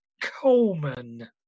Coleman